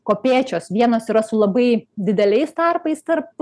kopėčios vienas yra su labai dideliais tarpais tarp